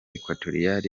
equatorial